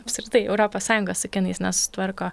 apskritai europos sąjunga su kinais nesusitvarko